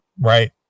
right